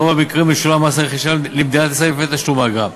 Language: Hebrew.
ברוב המקרים משולם מס הרכישה למדינת ישראל לפני תשלום האגרה,